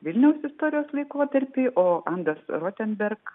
vilniaus istorijos laikotarpį o andos rotemberg